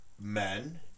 men